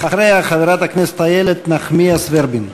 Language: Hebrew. אחריה, חברת הכנסת איילת נחמיאס ורבין.